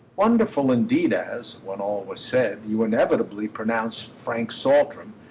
wonderful indeed as, when all was said, you inevitably pronounced frank saltram,